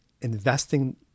investing